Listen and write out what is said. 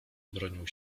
bronił